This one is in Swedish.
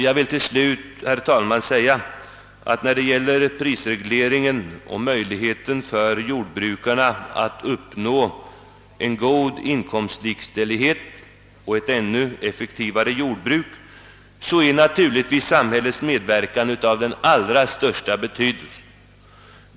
Jag vill vidare, herr talman, betona att när det gäller prisregleringen och möjligheten för jordbrukarna att uppnå inkomstlikställighet och ett ännu effektivare jordbruk är naturligtvis samhällets medverkan av den allra största betydelse.